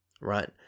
right